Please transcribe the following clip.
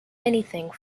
anything